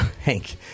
Hank